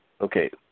okay